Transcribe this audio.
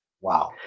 wow